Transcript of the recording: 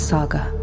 Saga